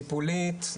טיפולית,